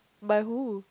by who